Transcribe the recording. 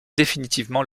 définitivement